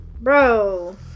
Bro